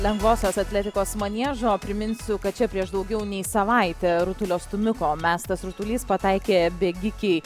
lengvosios atletikos maniežo priminsiu kad čia prieš daugiau nei savaitę rutulio stūmiko mestas rutulys pataikė bėgikei